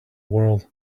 world